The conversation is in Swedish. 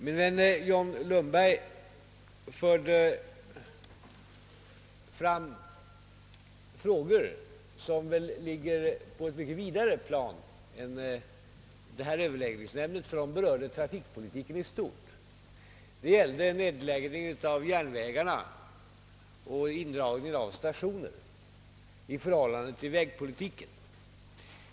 Min vän John Lundberg förde fram frågor som väl ligger på ett mycket vidare plan än det här överläggningsämnet, ty de berörde trafikpolitiken i stort. De gällde nedläggandet av järnvägar och indragningen av stationer i förhållande till vägpolitiken.